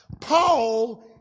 Paul